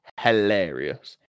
hilarious